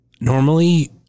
Normally